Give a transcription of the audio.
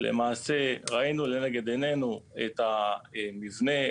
למעשה ראינו לנגד עינינו את המבנה,